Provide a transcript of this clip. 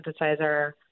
synthesizer